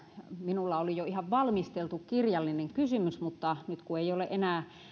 minulla oli jo ihan valmisteltu kirjallinen kysymys mutta nyt kun ei ole enää